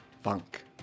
Funk